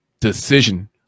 decision